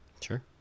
Sure